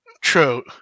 True